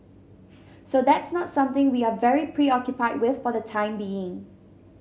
so that's not something we are very preoccupied with for the time being